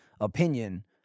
opinion